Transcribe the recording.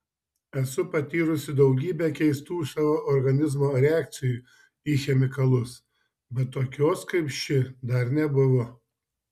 esu patyrusi daugybę keistų savo organizmo reakcijų į chemikalus bet tokios kaip ši dar nebuvo